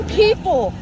people